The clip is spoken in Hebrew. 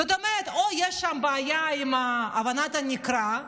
זאת אומרת, או שיש שם בעיה בהבנת הנקרא,